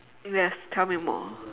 yes tell me more